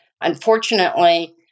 Unfortunately